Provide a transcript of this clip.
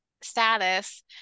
status